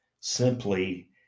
simply